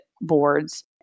boards